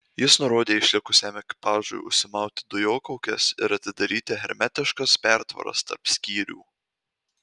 jis nurodė išlikusiam ekipažui užsimauti dujokaukes ir atidaryti hermetiškas pertvaras tarp skyrių